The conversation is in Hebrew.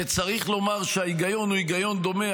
וצריך לומר שההיגיון הוא היגיון דומה,